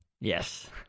Yes